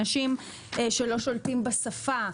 אנשים שלא שולטים בשפה,